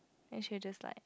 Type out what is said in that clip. then she'll just like